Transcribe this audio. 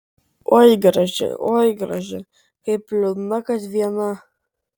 oi graži oi graži kaip liūdna kad viena